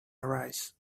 arise